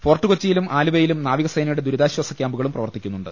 ഫോർട്ടുകൊച്ചിയിലും ആലുവയിലും നാവികസേനയുടെ ദുരിതാശ്ചാസ ക്യാമ്പുകളും പ്രവർത്തിക്കുന്നുണ്ട്